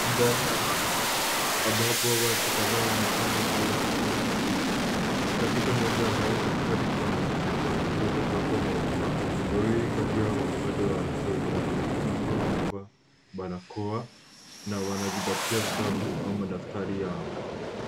Ndani ya maktaba ambapo watu kadhaa wanasoma au wanafanya utafiti. Katika meza ya mbao katikati kuna wanafunzi watatu wakiwa wamekaa. Wawili Kati yao upande wa kushoto wanaonekana wakiwa wamevaa barakoa na wanazingatia vitabu au madaftari yao.